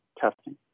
testing